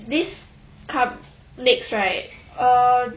this com~ next right uh